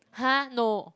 !huh! no